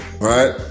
right